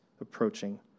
approaching